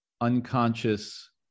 unconscious